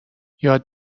یاد